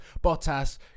bottas